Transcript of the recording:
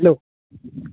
hello